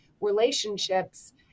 relationships